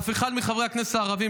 אף אחד מחברי הכנסת הערבים,